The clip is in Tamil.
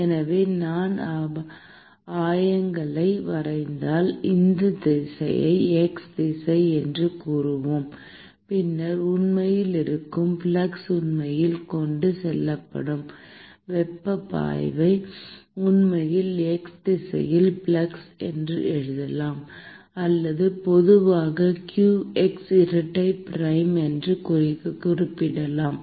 எனவே நான் ஆயங்களை வரைந்தால் இந்த திசையை x திசை என்று கூறுவோம் பின்னர் உண்மையில் இருக்கும் ஃப்ளக்ஸ் உண்மையில் கொண்டு செல்லப்படும் வெப்பப் பாய்வை உண்மையில் x திசையில் ஃப்ளக்ஸ் என்று எழுதலாம் அல்லது பொதுவாக qx இரட்டை பிரைம் என்று குறிப்பிடலாம்